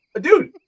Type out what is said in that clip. dude